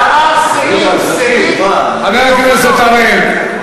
הוא עבר סעיף-סעיף חבר הכנסת אראל,